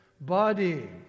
body